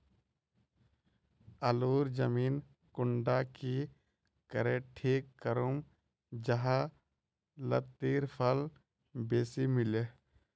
आलूर जमीन कुंडा की करे ठीक करूम जाहा लात्तिर फल बेसी मिले?